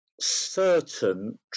certain